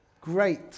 great